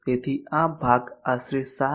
તેથી આ ભાગ આશરે 7a